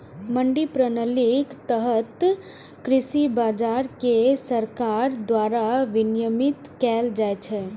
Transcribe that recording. मंडी प्रणालीक तहत कृषि बाजार कें सरकार द्वारा विनियमित कैल जाइ छै